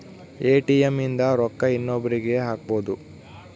ATM ಇಂದ ರೊಕ್ಕ ಇನ್ನೊಬ್ರೀಗೆ ಹಕ್ಬೊದು